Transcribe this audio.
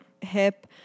hip